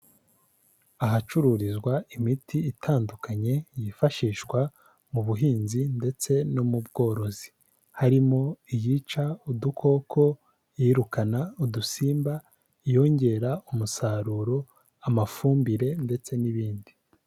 Ahacururizwa imiti itandukanye, yifashishwa mu buhinzi ndetse no mu bworozi. Harimo iyica udukoko, iyirukana udusimba, iyongera umusaruro, amafumbire ndetse n'ibindi.